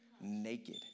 naked